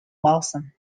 balsam